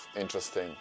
interesting